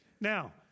Now